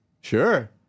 Sure